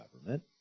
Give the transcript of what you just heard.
government